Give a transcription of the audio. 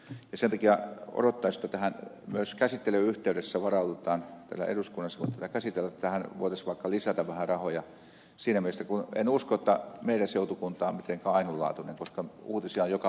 sen takia odottaisi että tähän myös käsittelyn yhteydessä varaudutaan täällä eduskunnassa kun tätä käsitellään niin että tähän voitaisiin vaikka lisätä vähän rahoja siinä mielessä kun en usko että meidän seutukuntamme on mitenkään ainutlaatuinen koska uutisia on joka puolelta suomea tullut